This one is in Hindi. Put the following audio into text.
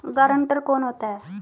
गारंटर कौन होता है?